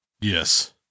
Yes